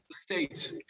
state